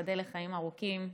שתיבדל לחיים ארוכים,